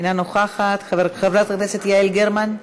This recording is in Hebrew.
אינה נוכחת, חברת הכנסת יעל גרמן,